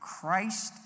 Christ